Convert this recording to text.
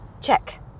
Check